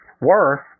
Worse